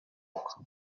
bwo